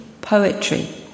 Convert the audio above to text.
poetry